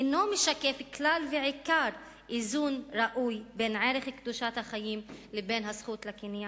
אינו משקף כלל ועיקר איזון ראוי בין ערך קדושת החיים לבין הזכות לקניין.